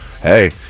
hey